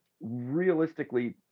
realistically